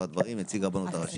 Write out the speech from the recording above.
נציג הרבנות הראשית,